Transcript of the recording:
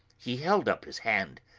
he held up his hand,